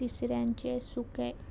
तिसऱ्यांचे सुकें